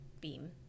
beam